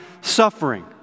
suffering